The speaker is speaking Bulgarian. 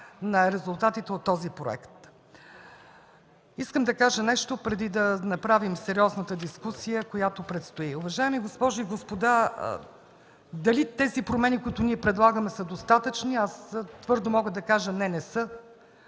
на резултатите от този проект. Искам да кажа нещо, преди да направим сериозната дискусия, която престои. Уважаеми госпожи и господа, дали промените, които предлагаме, са достатъчни? Аз твърдо мога да кажа: не, не са.